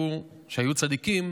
שהיו צדיקים,